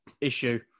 issue